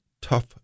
Tough